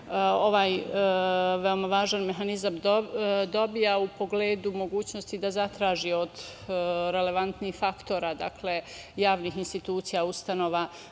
ovaj veoma važan mehanizam dobija u pogledu mogućnosti da zatraži od relevantnih faktora, dakle javnih institucija, ustanova,